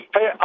Hey